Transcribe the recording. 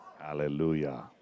Hallelujah